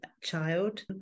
child